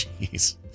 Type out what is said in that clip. Jeez